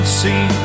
see